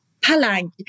palang